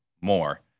more